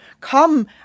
come